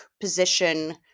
position